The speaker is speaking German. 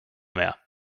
mehr